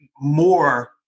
more